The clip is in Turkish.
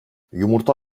yumurta